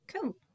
cool